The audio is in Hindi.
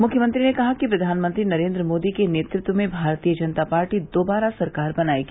मुख्यमंत्री ने कहा कि प्रधानमंत्री नरेन्द्र मोदी के नेतृत्व में भारतीय जनता पार्टी दोबारा सरकार बनायेगी